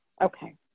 okay